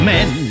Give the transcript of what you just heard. Men